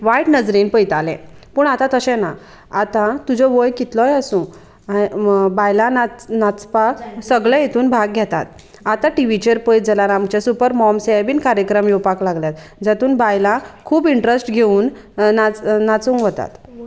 वायट नजरेन पळयताले पूण आतां तशें ना आतां तुजें वय कितलोय आसूं बायलां नाच नाचपाक सगळे हातूंत भाग घेतात आतां टिवीचेर पळयत जाल्यार आमचे सुपर मॉम्स हे बीन कार्यक्रम येवपाक लागल्यात जातूंत बायलां खूब इंट्रस्ट घेवन नाच नाचूंक वतात